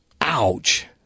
Ouch